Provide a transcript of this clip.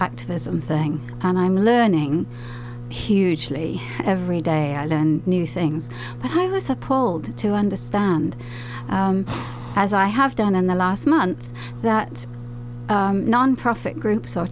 activism thing and i'm learning hugely every day i learn new things but i was appalled to understand as i have done in the last month that nonprofit groups